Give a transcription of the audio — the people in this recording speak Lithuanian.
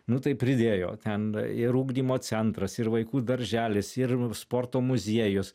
nu tai pridėjo ten ir ugdymo centras ir vaikų darželis ir sporto muziejus